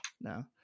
No